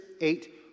eight